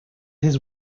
his